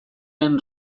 ren